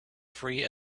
free